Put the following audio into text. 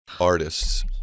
artists